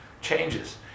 changes